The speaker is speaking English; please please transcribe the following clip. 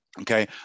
Okay